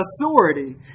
authority